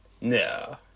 No